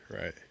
right